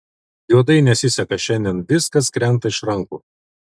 juodai nesiseka šiandien viskas krenta iš rankų